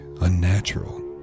unnatural